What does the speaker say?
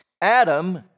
Adam